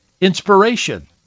inspiration